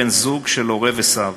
בן-זוג של הורה וסב".